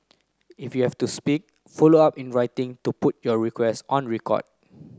if you have to speak follow up in writing to put your request on record